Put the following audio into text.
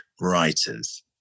writers